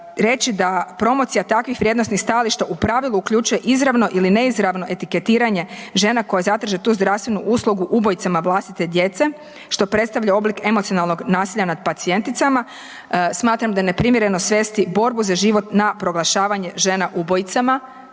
reći da promocija takvih vrijednosnih stajališta u pravilu uključuje izravno ili neizravno etiketiranje žena koje zadrže tu zdravstvenu uslugu ubojicama vlastite djece što predstavlja oblik emocionalnog nasilja nad pacijenticama, smatram da je neprimjereno svesti borbu za život na proglašavanje žena ubojicama,